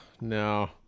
no